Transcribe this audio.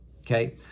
Okay